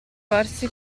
farsi